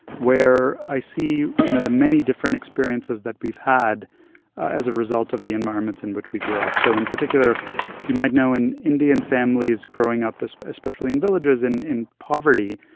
where i see, you know, the many different experiences that we've had as a result of the environments in which we grew up. so in particular, as you might know, in indian families, growing up especially in villages in in poverty,